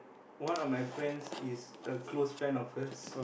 one of my friends is a close friend of hers